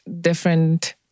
different